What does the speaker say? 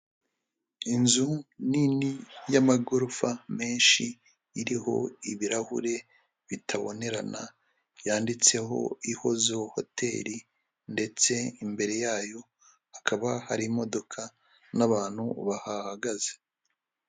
Inzu nini y'amagorofa menshi, iriho ibirahure bitabonerana, yanditseho Ihozo hoteri, ndetse imbere yayo hakaba hari imodoka n'abantu bahahagaze.